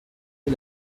lès